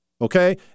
okay